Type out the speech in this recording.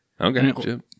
Okay